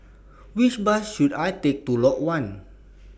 Which Bus should I Take to Lot one